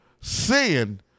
Sin